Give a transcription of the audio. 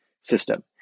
system